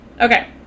okay